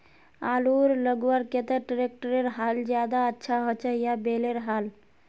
आलूर लगवार केते ट्रैक्टरेर हाल ज्यादा अच्छा होचे या बैलेर हाल?